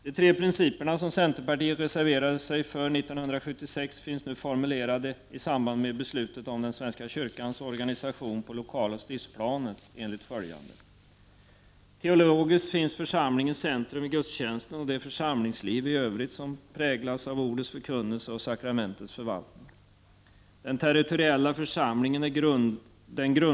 De tre principer som centerpartiet reserverade sig för 1976 finns nu formulerade i samband med beslutet om den svenska kyrkans organisation på lokaloch stiftsplanet enligt följande: Teologiskt finns församlingens centrum i gudstjänsten och det församlingsliv i övrigt som präglas av ordets förkunnelse och sakramentens förvaltning.